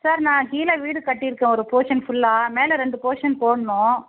sir நான் கீழே வீடு கட்டியிருக்கேன் ஒரு போஷன் ஃபுல்லாக மேலே ரெண்டு போஷன் போடணும்